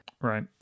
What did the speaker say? Right